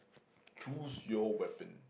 choose your weapon